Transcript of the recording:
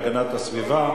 ועדת הפנים והגנת הסביבה.